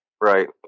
Right